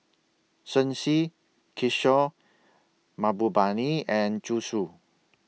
Shen Xi Kishore Mahbubani and Zhu Xu